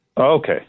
Okay